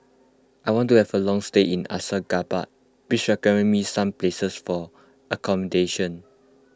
I want to have a long stay in Ashgabat please recommend me some places for accommodation